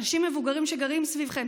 אנשים מבוגרים שגרים סביבכם,